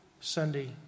Sunday